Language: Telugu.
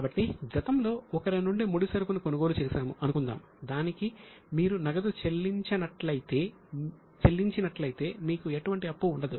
కాబట్టి గతంలో ఒకరి నుండి ముడిసరుకును కొనుగోలు చేసాము అనుకుందాం దానికి మీరు నగదు చెల్లించినట్లయితే మీకు ఎటువంటి అప్పు ఉండదు